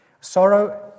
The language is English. Sorrow